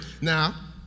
now